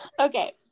Okay